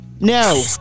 No